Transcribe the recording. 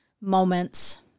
moments